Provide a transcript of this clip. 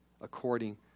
According